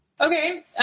Okay